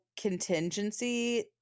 contingency